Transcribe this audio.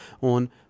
on